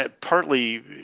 partly